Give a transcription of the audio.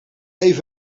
even